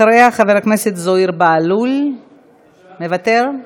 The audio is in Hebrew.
אחריה, חבר הכנסת זוהיר בהלול, מוותר,